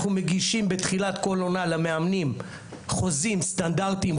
אנחנו מגישים בתחילת כל עונה למאמנים חוזים סטנדרטיים,